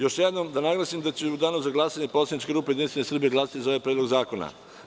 Još jednom da naglasim da će u danu za glasanje poslanička grupa Jedinstvena Srbija glasati za ovaj Predlog zakona.